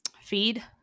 feed